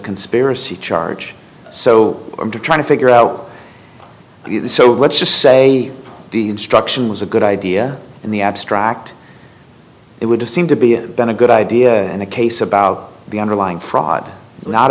conspiracy charge so to try to figure out so let's just say the instruction was a good idea in the abstract it would have seemed to be been a good idea and a case about the underlying fraud a lot